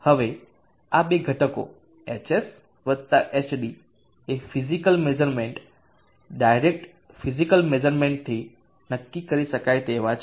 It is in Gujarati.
હવે આ બે ઘટકો hs hd એ ફીઝીકલ મેઝરમેન્ટ ડારેક્ટ ફીઝીકલ મેઝરમેન્ટથી નક્કી કરી શકાય તેવા છે